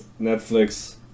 netflix